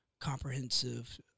comprehensive